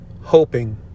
hoping